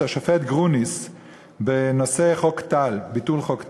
את השופט גרוניס בנושא ביטול חוק טל.